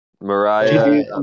Mariah